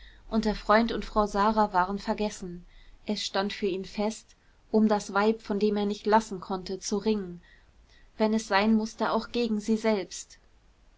und der freund und frau sara waren vergessen es stand für ihn fest um das weib von dem er nicht lassen konnte zu ringen wenn es sein mußte auch gegen sie selbst